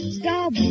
stop